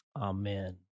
Amen